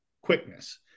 quickness